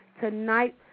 Tonight